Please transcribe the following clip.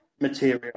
material